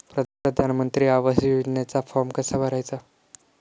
प्रधानमंत्री आवास योजनेचा फॉर्म कसा भरायचा?